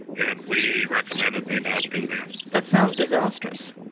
and we recommended they not do that. that sounds disastrous.